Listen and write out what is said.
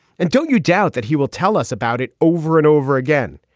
and don't you doubt that he will tell us about it over and over again.